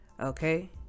Okay